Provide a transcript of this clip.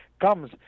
comes